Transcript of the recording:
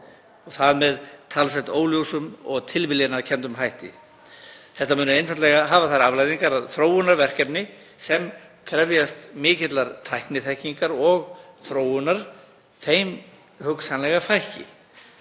og það með talsvert óljósum og tilviljanakenndum hætti. Þetta mun einfaldlega hafa þær afleiðingar að þróunarverkefnum sem krefjast mikillar tækniþekkingar og þróunar mun hugsanlega fækka.